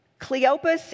Cleopas